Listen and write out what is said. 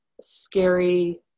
scary